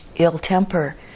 ill-temper